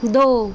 दो